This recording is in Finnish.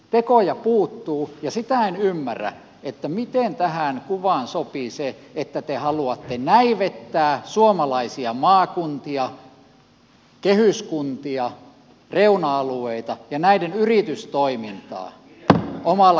tekoja puuttuu ja sitä en ymmärrä miten tähän kuvaan sopii se että te haluatte näivettää suomalaisia maakuntia kehyskuntia reuna alueita ja näiden yritystoimintaa omalla suurkuntahankkeella